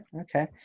okay